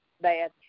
bad